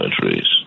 countries